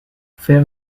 faire